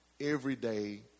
everyday